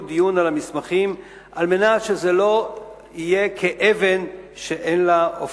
דיון על המסמכים על מנת שהם לא יהיו כאבן שאין לה הופכין.